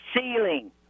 ceiling